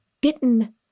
bitten